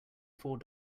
four